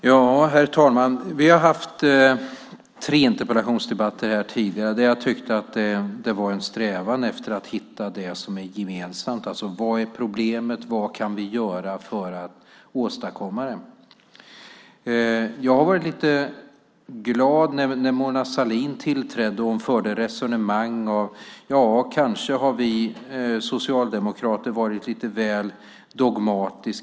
Herr talman! Vi har haft tre interpellationsdebatter här tidigare där jag har tyckt att det varit en strävan efter att hitta det som är gemensamt, alltså: Vad är problemet? Vad kan vi göra åt det? Jag var lite glad när Mona Sahlin tillträdde och hon förde en del resonemang: Kanske har vi socialdemokrater varit lite väl dogmatiska.